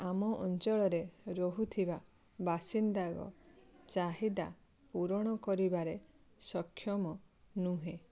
ଆମ ଅଞ୍ଚଳରେ ରହୁଥିବା ବାସିନ୍ଦା ଚାହିଦା ପୁରାଣ କରିବାରେ ସକ୍ଷମ ନୁହେଁ